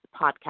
podcast